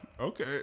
Okay